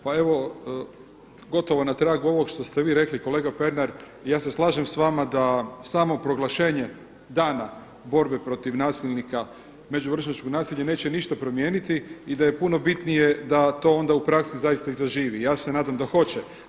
Pa evo gotovo na tragu ovoga što ste vi rekli kolega Pernar ja se slažem s vama da samo proglašenje dana borbe protiv nasilnika međuvršnjačko nasilje neće ništa promijeniti i da je puno bitnije da to onda u praksi zaista i zaživi, ja se nadam da hoće.